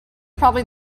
probably